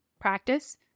practice